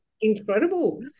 incredible